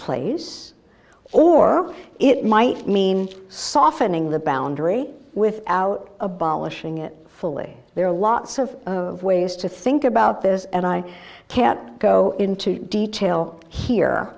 place or it might mean softening the boundary without abolishing it fully there are lots of ways to think about this and i can't go into detail here